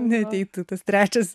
neateitų tas trečias